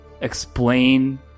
explain